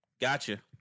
Gotcha